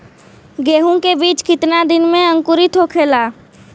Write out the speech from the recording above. गेहूँ के बिज कितना दिन में अंकुरित होखेला?